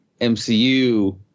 MCU